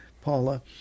Paula